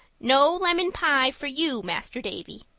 no lemon pie for you, master davy,